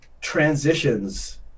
transitions